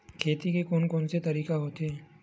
खेती के कोन कोन से तरीका होथे?